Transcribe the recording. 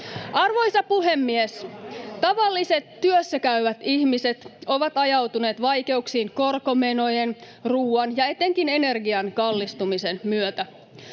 Arvoisa puhemies! Tavalliset työssäkäyvät ihmiset ovat ajautuneet vaikeuksiin korkomenojen, ruoan ja etenkin energian kallistumisen myötä.